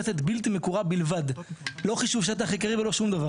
אין מכשול בעניין הזה.